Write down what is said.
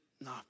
no